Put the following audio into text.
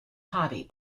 hobby